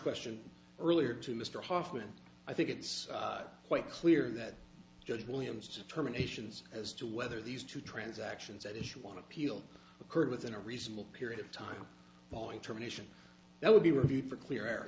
question earlier to mr hoffman i think it's quite clear that good williams determinations as to whether these two transactions at issue one appeal occurred within a reasonable period of time following terminations that would be reviewed for clear air